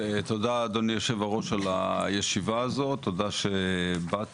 תודה אדוני היו"ר על הישיבה הזאת, תודה שבאתם.